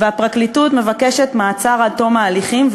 והפרקליטות מבקשת מעצר עד תום ההליכים,